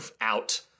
out